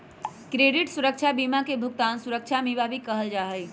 credit सुरक्षा बीमा के भुगतान सुरक्षा बीमा भी कहल जा हई